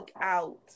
out